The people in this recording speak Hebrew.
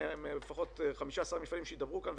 לפחות לא ל-15 המפעלים שידברו כאן,